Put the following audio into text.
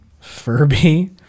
furby